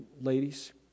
ladies